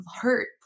hurt